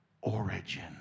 origin